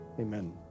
Amen